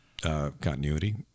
continuity